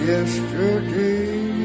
Yesterday